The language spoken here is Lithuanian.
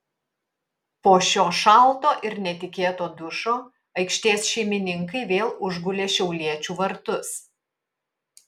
po šio šalto ir netikėto dušo aikštės šeimininkai vėl užgulė šiauliečių vartus